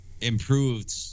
improved